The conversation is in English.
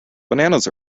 bananas